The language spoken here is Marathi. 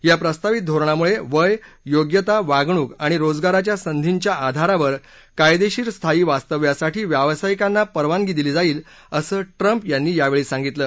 या प्रस्तावित धोरणामुळे वय योग्यता वागणूक आणि रोजगाराच्या संधीच्या आधारावर कायदेशीर स्थायी वास्तव्यासाठी व्यवसायिकांना परवानगी दिली जाईल असं ट्रम्प यांनी यावेळी सांगितलं